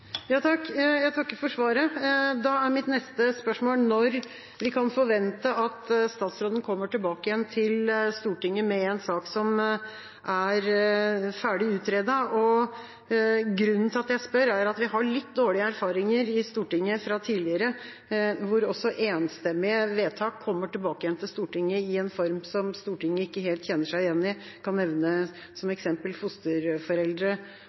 Jeg takker for svaret. Mitt neste spørsmål er når vi kan forvente at statsråden kommer tilbake igjen til Stortinget med en sak som er ferdig utredet. Grunnen til at jeg spør, er at vi har hatt litt dårlige erfaringer i Stortinget tidligere med at også enstemmige vedtak har kommet tilbake igjen til Stortinget i en form som Stortinget ikke helt kjenner seg igjen i. Jeg kan nevne som eksempel fosterforeldre